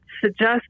suggest